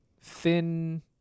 thin